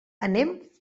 anem